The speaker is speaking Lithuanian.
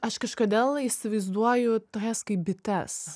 aš kažkodėl įsivaizduoju tokias kaip bites